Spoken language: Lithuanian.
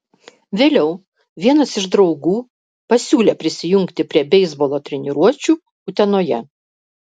vėliau vienas iš draugų pasiūlė prisijungti prie beisbolo treniruočių utenoje